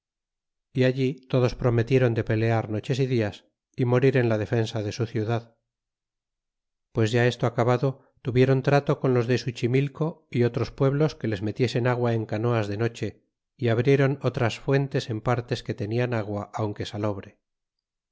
y alli todos prometieron de pelear noches y dias y morir en la defensa de su ciudad pues ya esto acabado tuvieron trato con los de suchimilco y otros pueblos que les metiesen agua en canoas de noche y abrieron otras fuentes en partes que tenian agua aunque salobre